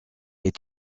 est